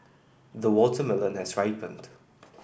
the watermelon has ripened